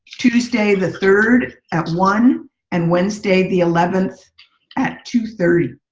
tuesday the third at one and wednesday the eleventh at two thirty.